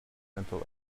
mental